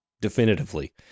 definitively